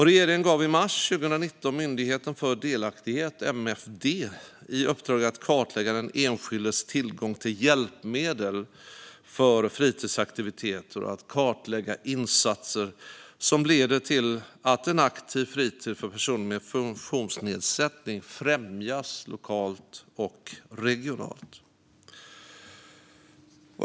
Regeringen gav i mars 2019 Myndigheten för delaktighet, MFD, i uppdrag att kartlägga den enskildes tillgång till hjälpmedel för fritidsaktiviteter och att kartlägga insatser som leder till att en aktiv fritid för personer med funktionsnedsättning främjas lokalt och regionalt.